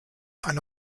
eine